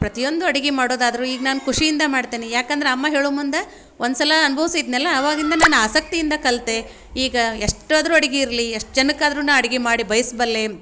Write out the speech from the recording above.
ಪ್ರತಿಯೊಂದು ಅಡ್ಗೆ ಮಾಡೋದಾದ್ರೂ ಈಗ ನಾನು ಖುಷಿಯಿಂದ ಮಾಡ್ತೇನೆ ಯಾಕಂದ್ರೆ ಅಮ್ಮ ಹೇಳೋ ಮುಂದೆ ಒಂದು ಸಲ ಅನ್ಭವ್ಸಿದ್ನಲ್ಲ ಆವಾಗಿಂದ ನಾನು ಆಸಕ್ತಿಯಿಂದ ಕಲಿತೆ ಈಗ ಎಷ್ಟು ಆದ್ರೂ ಅಡ್ಗೆ ಇರಲಿ ಎಷ್ಟು ಜನಕ್ಕೆ ಆದ್ರೂ ನಾನು ಅಡ್ಗೆ ಮಾಡಿ ಬಯಸಬಲ್ಲೆ